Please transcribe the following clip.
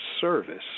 service